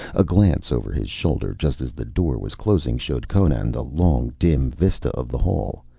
a glance over his shoulder just as the door was closing showed conan the long dim vista of the hall,